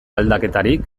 aldaketarik